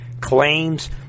claims